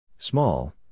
Small